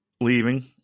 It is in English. leaving